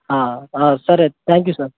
సరే thank you sir